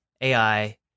AI